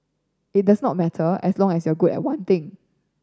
it does not matter as long as you're good at one thing